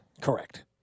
Correct